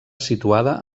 situada